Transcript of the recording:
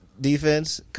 Defense